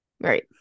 right